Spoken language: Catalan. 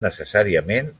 necessàriament